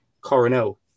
Coronel